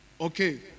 okay